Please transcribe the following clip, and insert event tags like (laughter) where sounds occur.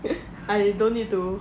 (laughs) I don't need to